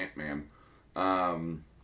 Ant-Man